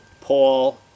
Paul